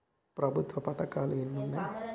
ప్రభుత్వ పథకాలు ఎన్ని ఉన్నాయి?